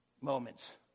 moments